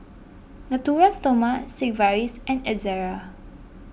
Natura Stoma Sigvaris and Ezerra